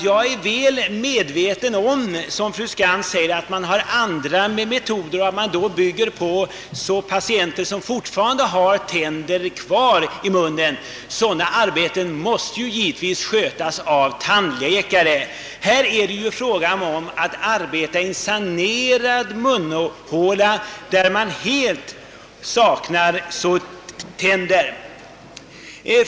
Jag är väl medveten om, som fru Skantz säger, att andra metoder används på patienter som fortfarande har tänder kvar i munnen och att sådana arbeten givetvis måste utföras av tandläkare. Men här är det fråga om att arbeta i en sanerad munhåla, där det helt saknas tänder.